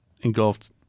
engulfed